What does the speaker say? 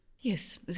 Yes